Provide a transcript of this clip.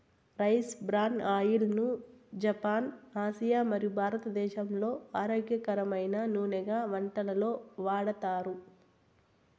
rice bran oil ను Japan, Asia మరియు భారతదేశంలో ఆరోగ్యకరమైన నూనెగా వంటలలో వాడతారు